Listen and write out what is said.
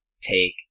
take